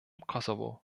kosovo